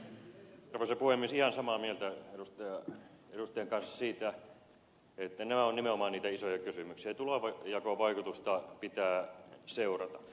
olen ihan samaa mieltä edustajan kanssa siitä että nämä ovat nimenomaan niitä isoja kysymyksiä ja tulonjakovaikutusta pitää seurata